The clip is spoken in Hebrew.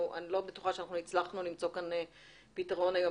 אני לא בטוחה שאנחנו הצלחנו למצוא כאן פתרון היום